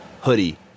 hoodie